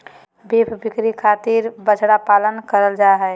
beef बिक्री खातिर बछड़ा पालन करल जा हय